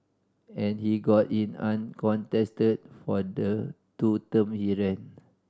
and he got in uncontested for the two term he ran